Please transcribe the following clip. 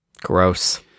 Gross